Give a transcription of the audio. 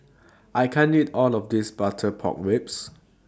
I can't eat All of This Butter Pork Ribs